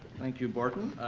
thank you barton.